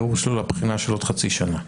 הערעור שלו לבחינה של עוד חצי שנה.